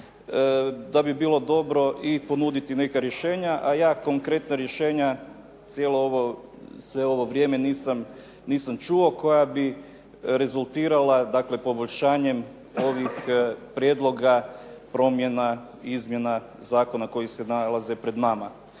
da bi bilo dobro i ponuditi neka rješenja,a ja konkretna rješenja sve ovo vrijeme nisam čuo koja bi rezultirala poboljšanjem ovih prijedloga promjena izmjena zakona koji se nalaze pred nama.